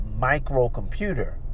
microcomputer